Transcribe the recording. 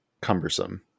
cumbersome